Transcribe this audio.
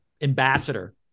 ambassador